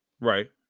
Right